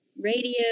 radio